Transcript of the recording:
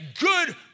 good